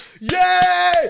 yay